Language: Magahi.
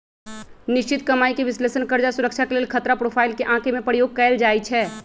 निश्चित कमाइके विश्लेषण कर्जा सुरक्षा के लेल खतरा प्रोफाइल के आके में प्रयोग कएल जाइ छै